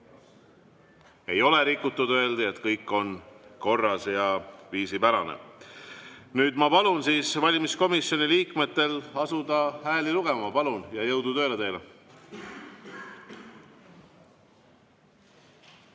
Ei ole rikutud. Öeldi, et kõik on korras ja viisipärane. Nüüd ma palun valimiskomisjoni liikmetel asuda hääli lugema. Palun! Jõudu tööle teile!